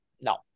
No